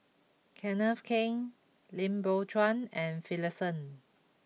Kenneth Keng Lim Biow Chuan and Finlayson